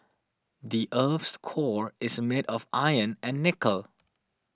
the earth's core is made of iron and nickel